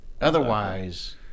otherwise